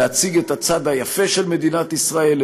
להציג את הצד היפה של מדינת ישראל,